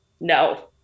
no